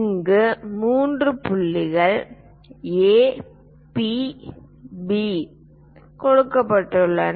இங்கு மூன்று புள்ளிகள் A P B கொடுக்கப்பட்டுள்ளன